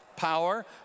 power